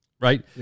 Right